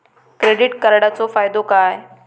Credit कार्डाचो फायदो काय?